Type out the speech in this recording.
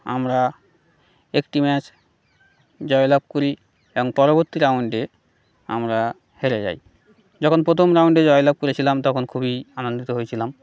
আমরা একটি ম্যাচ জয়লাভ করি এবং পরবর্তী রাউন্ডে আমরা হেরে যাই যখন প্রথম রাউন্ডে জয়লাভ করেছিলাম তখন খুবই আনন্দিত হয়েছিলাম